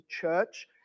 church